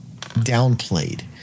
downplayed